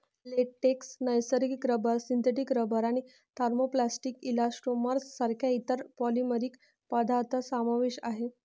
latex, नैसर्गिक rubber, synthetic rubber आणि thermoplastic elastomers सारख्या इतर पॉलिमरिक पदार्थ समावेश आहे